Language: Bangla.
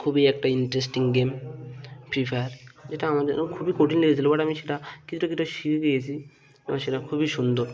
খুবই একটা ইন্টারেস্টিং গেম ফ্রি ফায়ার যেটা আমার জন্য খুবই কঠিন লেগেছিলো বাট আমি সেটা কিছুটা কিছুটা শিখে গিয়েছি এবং সেটা খুবই সুন্দর